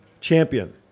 champion